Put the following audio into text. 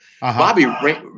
Bobby